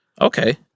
okay